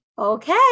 Okay